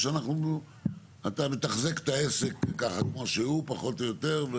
או שאתה מתחזק את העסק כמו שהוא פחות או יותר?